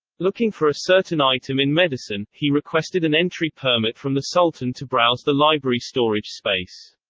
looking for a certain item in medicine, he requested an entry permit from the sultan to browse the library storage space.